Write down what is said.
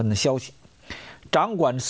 when the show's done one